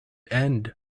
end